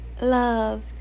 love